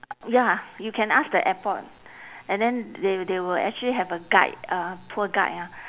ya you can ask the airport and then they they will actually have a guide a tour guide ah